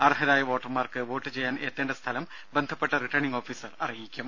അർഹരായ വോട്ടർമാർക്ക് വോട്ട് ചെയ്യാൻ എത്തേണ്ട സ്ഥലം ബന്ധപ്പെട്ട റിട്ടേണിംഗ് ഓഫീസർ അറിയിക്കും